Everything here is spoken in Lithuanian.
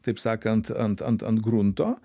taip sakant ant ant ant grunto